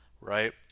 right